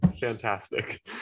fantastic